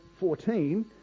14